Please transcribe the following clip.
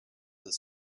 the